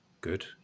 Good